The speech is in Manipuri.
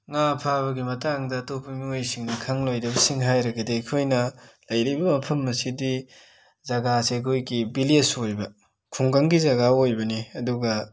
ꯉꯥ ꯐꯥꯕꯒꯤ ꯃꯇꯥꯡꯗ ꯑꯇꯣꯞꯄ ꯃꯤꯌꯣꯏꯁꯤꯡꯅ ꯈꯪꯂꯣꯏꯗꯕꯁꯤꯡ ꯍꯥꯏꯔꯒꯗꯤ ꯑꯩꯈꯣꯏꯅ ꯂꯩꯔꯤꯕ ꯃꯐꯝ ꯑꯁꯤꯗꯤ ꯖꯒꯥꯁꯦ ꯑꯩꯈꯣꯏꯒꯤ ꯕꯤꯂꯦꯖ ꯑꯣꯏꯕ ꯈꯨꯡꯒꯪꯒꯤ ꯖꯒꯥ ꯑꯣꯏꯕꯅꯤ ꯑꯗꯨꯒ